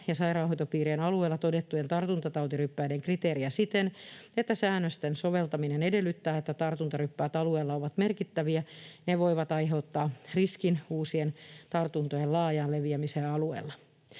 tai sairaanhoitopiirien alueella todettujen tartuntaryppäiden kriteeriä siten, että säännösten soveltaminen edellyttää, että tartuntaryppäät alueella ovat merkittäviä ja että ne voisivat aiheuttaa riskin uusien tartuntojen laajaan leviämiseen alueella.